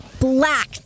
black